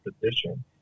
position